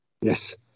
Yes